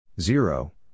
Zero